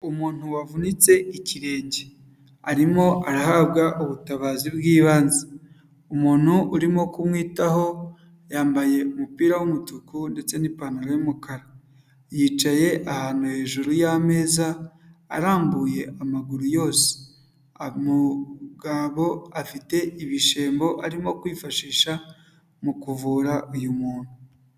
Umuntu wavunitse ikirenge, arimo arahabwa ubutabazi bw'ibanze, umuntu urimo kumwitaho, yambaye umupira w'umutuku, ndetse n'ipantaro y'umukara, yicaye ahantu hejuru y'ameza, arambuye amaguru yose, umugabo afite ibishembo arimo kwifashisha mu kuvura uyu muntu.